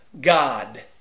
God